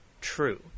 true